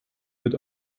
mit